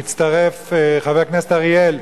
חבר הכנסת אריאל,